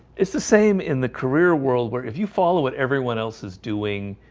it's the same in the career world where if you follow what everyone else is doing?